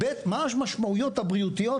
וגם מה הן המשמעותיות הבריאותיות,